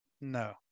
No